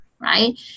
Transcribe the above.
Right